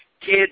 Kids